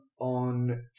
on